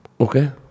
Okay